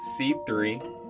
c3